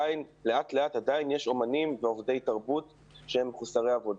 לאט-לאט עדיין יש אומנים ועובדי תרבות שהם מחוסרי עבודה.